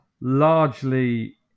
largely